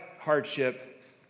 hardship